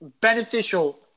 beneficial